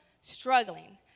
struggling